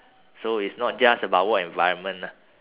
so it's not just about work environment lah